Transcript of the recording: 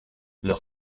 leur